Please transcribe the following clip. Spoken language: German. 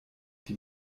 die